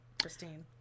Christine